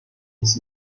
his